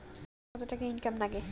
মাসে কত টাকা ইনকাম নাগে?